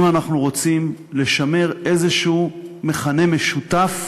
אם אנחנו רוצים לשמר מכנה משותף